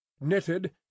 Knitted